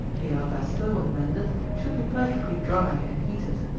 the alabaster, when mended, should be perfectly dry and heated.